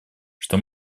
что